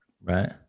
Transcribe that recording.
Right